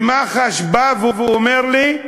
ומח"ש באה ואומרת לי: